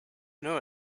know